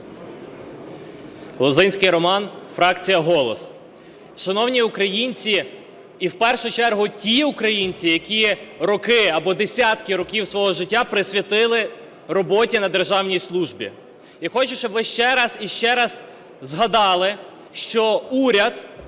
Лозинський Роман, фракція "Голос". Шановні українці і в першу чергу ті українці, які роки або десятки років свого життя присвятили роботі на державній службі! Я хочу, щоб ви ще раз і раз згадали, що уряд